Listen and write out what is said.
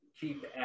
keep